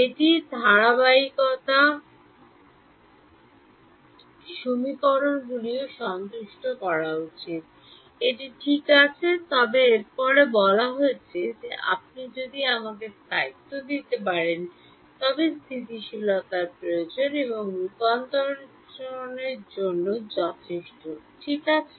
এটি ধারাবাহিকতা সমীকরণগুলিও সন্তুষ্ট করা উচিত এটি ঠিক আছে তবে এরপরে বলা হয়েছে যে আপনি যদি আমাকে স্থায়িত্ব দিতে পারেন তবে স্থিতিশীলতা প্রয়োজনীয় এবং রূপান্তরকরণের জন্য যথেষ্ট ঠিক আছে